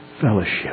fellowship